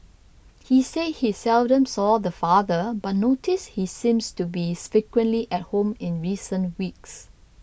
he said he seldom saw the father but noticed he seems to be frequently at home in recent weeks